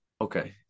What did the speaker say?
Okay